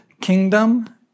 kingdom